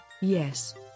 yes